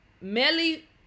Melly